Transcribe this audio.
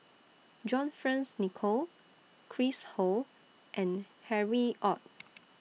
John Fearns Nicoll Chris Ho and Harry ORD